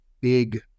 big